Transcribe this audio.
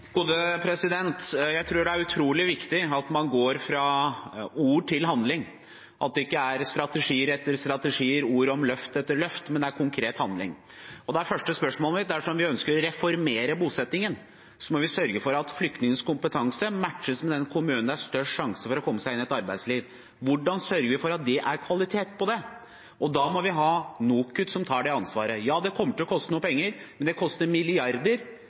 utrolig viktig at man går fra ord til handling, at det ikke er strategi etter strategi, ord om løft etter løft, men konkret handling. Så til det første spørsmålet mitt: Dersom vi ønsker å reformere bosettingen, må vi sørge for at flyktningenes kompetanse matches med den kommunen hvor det er størst sjanse for å komme seg inn i arbeidslivet. Hvordan sørger vi for at det er kvalitet på det? Da må NOKUT ta ansvar. Ja, det kommer til å koste noen penger, men det koster milliarder